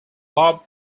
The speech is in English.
bob